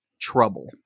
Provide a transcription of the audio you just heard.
trouble